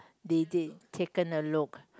they did taken a look